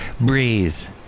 Breathe